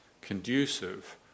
conducive